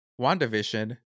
WandaVision